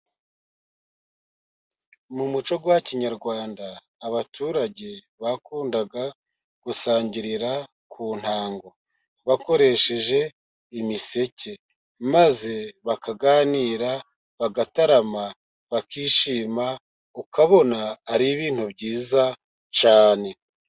Mu muco wa kinyarwanda, abaturage bakundaga gusangirira ku ntango bakoresheje imiseke, maze bakaganira, bagatarama, bakishima. Ukabona ari ibintu byiza cyane.